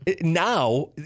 Now